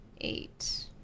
Eight